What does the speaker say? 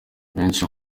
benshi